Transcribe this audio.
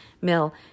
mill